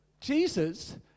Jesus